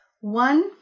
one